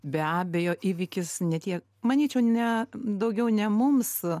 be abejo įvykis ne tiek manyčiau ne daugiau ne mums